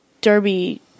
derby